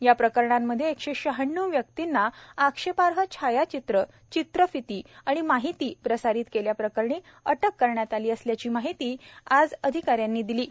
या प्रकरणांमधे एकशे श्यहाण्णव व्यक्तींना आक्षेपार्ह छायाचित्र चित्रफिती आणि माहिती प्रसारित केल्या प्रकरणी अटक करण्यात आलं असल्याची माहिती आज अधिकाऱ्यांनी दिली आहे